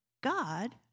God